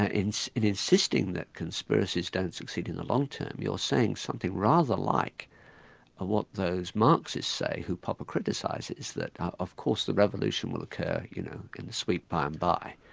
ah in so in insisting that conspiracies don't succeed in the long term, you're saying something rather like ah what those marxists say who popper criticises, that of course the revolution will occur you know in the sweet by and bye,